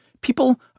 People